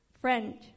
friend